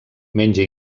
menja